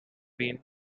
been